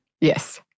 Yes